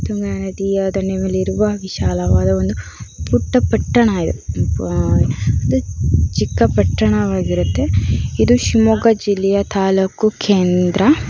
ತುಂಗಾ ನದಿಯ ದಂಡೆ ಮೇಲಿರುವ ವಿಶಾಲವಾದ ಒಂದು ಪುಟ್ಟ ಪಟ್ಟಣ ಇದು ಇದು ಚಿಕ್ಕ ಪಟ್ಟಣವಾಗಿರುತ್ತೆ ಇದು ಶಿವಮೊಗ್ಗ ಜಿಲ್ಲೆಯ ತಾಲೂಕು ಕೇಂದ್ರ